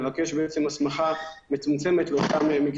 התקבלה ההחלטה לבקש הסמכה למקרים המצומצמים שהצגתי.